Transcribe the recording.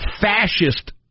fascist